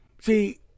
See